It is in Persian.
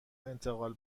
انتقال